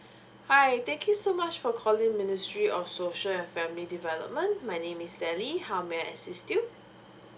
hi thank you so much for calling ministry of social and family development my name is sally how may I assist you